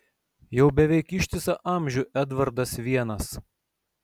jau beveik ištisą amžių edvardas vienas